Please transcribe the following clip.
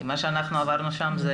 כי מה שאנחנו עברנו שם זה